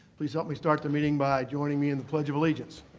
please help me start the meeting by joining me in the pledge of allegiance.